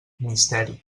misteri